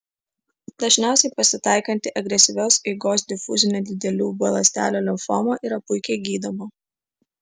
dažniausiai pasitaikanti agresyvios eigos difuzinė didelių b ląstelių limfoma yra puikiai gydoma